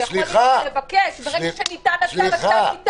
אתה יכול לבקש, אבל ברגע שהצו ניתן, הוא ניתן.